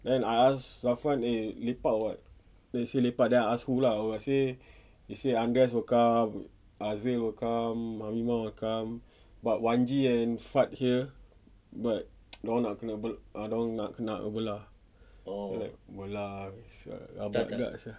then I ask zafran eh lepak or what then he say lepak then I ask who lah he say he say andreaz will come hazil will come mamimo will come but wan G and fadhil but dorang nak kena dorang nak kena belah kena blah is a rabak juga sia